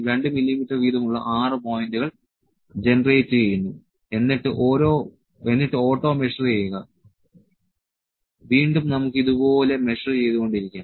2 millimetre വീതം ഉള്ള 6 പോയിന്റുകൾ ജനറേറ്റ് ചെയ്യുന്നു എന്നിട്ട് ഓട്ടോ മെഷർ ചെയ്യുക വീണ്ടും നമുക്ക് ഇതുപോലെ മെഷർ ചെയ്തുകൊണ്ടിരിക്കാം